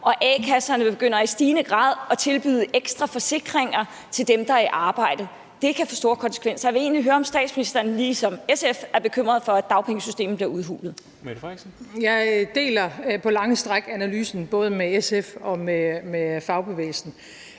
og a-kasserne begynder i stigende grad at tilbyde ekstra forsikringer til dem, der er i arbejde. Det kan få store konsekvenser, så jeg vil egentlig høre om statsministeren, ligesom SF, er bekymret for, at dagpengesystemet bliver udhulet. Kl. 13:13 Formanden (Henrik Dam Kristensen): Mette Frederiksen.